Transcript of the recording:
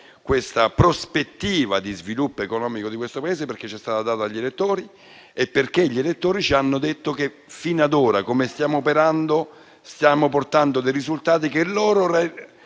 la prospettiva di sviluppo economico di questo Paese perché tale responsabilità ci è stata data dagli elettori e perché gli elettori ci hanno detto che fino ad ora, come stiamo operando, stiamo portando dei risultati che loro